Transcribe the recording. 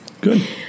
Good